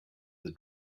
the